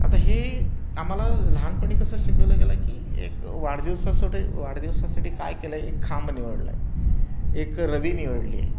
आता हे आम्हाला लहानपणी कसं शिकवलं गेलं की एक वाढदिवसाठी वाढदिवसाठी काय केलं आहे एक खांब निवडलं आहे एक रवी निवडली आहे